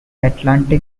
atlantic